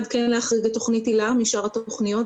אחד כן להחריג את תכנית היל"ה משאר התכניות,